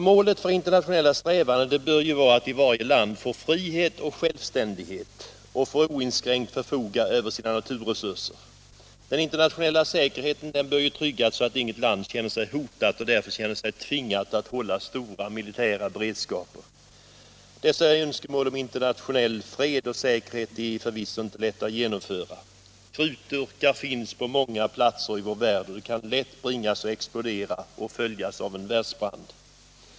Målet för internationella strävanden bör vara att varje land får frihet och självständighet och att det får oinskränkt förfoga över sina naturresurser. Den internationella säkerheten bör tryggas så att inget land känner sig hotat och därmed tvingat att hålla en omfattande militär beredskap. Dessa önskemål om internationell fred och säkerhet är förvisso inte lätta att genomföra. Krutdurkar finns på många platser i vår värld, och de kan lätt bringas att explodera och följas av en världsbrand.